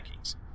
rankings